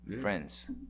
Friends